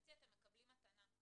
שמבחינתי אתם מקבלים מתנה.